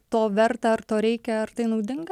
to verta ar to reikia ar tai naudinga